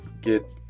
get